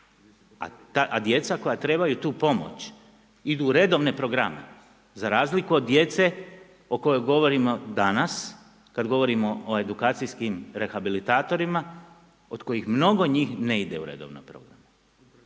a djeca koja trebaju tu pomoć idu u redovne programe za razliku od djece o kojoj govorimo danas kad govorimo o edukacijskim rehabilitatorima od kojih mnogo njih ne ide u redovni program.